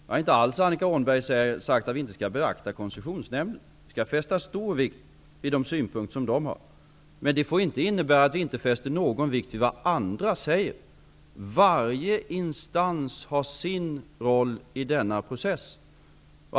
Jag har inte alls sagt, Annika Åhnberg, att vi inte skall beakta vad Koncessionsnämnden säger. Vi fäster stor vikt vid de synpunkter som den har. Men det får inte innebära att vi inte fäster någon vikt vid vad andra säger. Varje instans har sin roll i denna process.